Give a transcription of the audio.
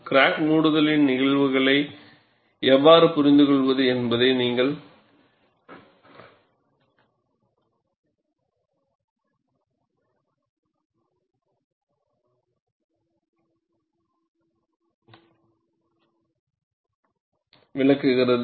crack மூடுதலின் நிகழ்வுகளை எவ்வாறு புரிந்துகொள்வது என்பதை இது விளக்குகிறது